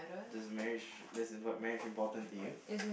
does marriage is marriage important to you